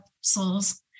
souls